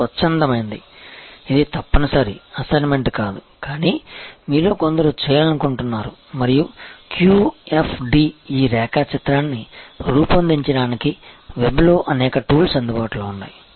ఇది స్వచ్ఛందమైనది ఇది తప్పనిసరి అసైన్మెంట్ కాదు కానీ మీలో కొందరు చేయాలనుకుంటున్నారు మరియు QFD ఈ రేఖాచిత్రాన్ని రూపొందించడానికి వెబ్లో అనేక టూల్స్ అందుబాటులో ఉన్నాయి